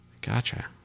Gotcha